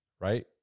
right